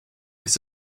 ist